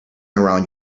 around